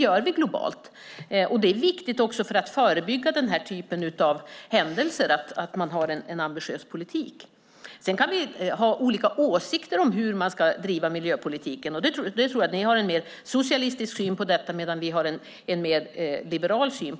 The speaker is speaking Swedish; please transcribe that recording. Det är viktigt att ha en ambitiös politik också för att förebygga den här typen av händelser. Sedan kan vi ha olika åsikter om hur man ska bedriva miljöpolitik. Jag tror att ni, Matilda Ernkrans, har en mer socialistisk syn på det medan vi har en mer liberal syn.